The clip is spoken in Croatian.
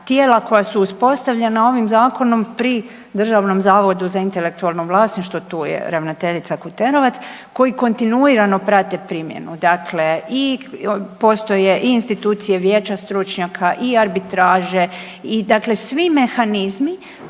tijela koja su uspostavljena ovim Zakonom pri Državnom zavodu za intelektualno vlasništvo, tu je ravnateljica Kuterovac, koji kontinuirano prate primjenu. Dakle i postoje i institucije, vijeća stručnjaka i arbitraže i dakle svi mehanizmi